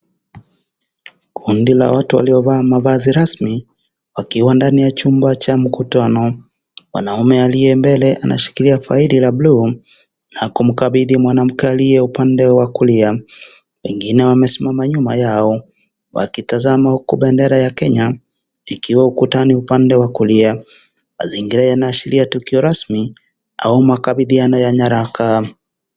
Kundi la watu, waliovaa mavazi rasmi, wakiwa ndani ya chumba cha mkutano. Mwanaume aliye mbele anashikilia faili la buluu, na kumkabidhi mwanamke aliye upande wa kulia. Wengine wamesimama nyuma yao. Wakitazama, huku bendera ya Kenya, ikiwa ukutani, upande wa kulia. Mazingira yanaashiria tukio rasmi au makabiliano ya nyaraka.